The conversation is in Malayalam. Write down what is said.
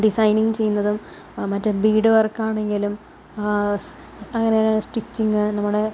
ഡിസൈനിങ് ചെയ്യുന്നതും മറ്റ് ബീഡ് വർക്ക് ആണെങ്കിലും അങ്ങനെ സ്റ്റിച്ചിങ് നമ്മുടെ